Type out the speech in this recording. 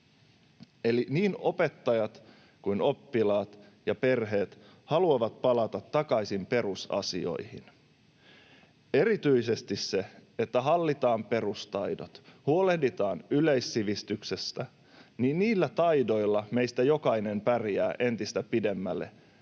Eli niin opettajat kuin oppilaat ja perheet haluavat palata takaisin perusasioihin. Että hallitaan perustaidot, huolehditaan yleissivistyksestä — erityisesti niillä taidoilla meistä jokainen pärjää entistä pidemmälle